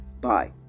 Bye